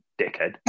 dickhead